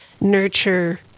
nurture